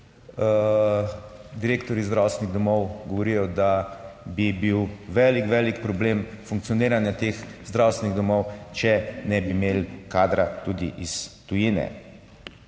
direktorji zdravstvenih domov govorijo, da bi bil velik, velik problem funkcioniranja teh zdravstvenih domov, če ne bi imeli kadra tudi iz tujine.